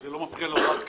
זה לא מפריע להוראת קבע?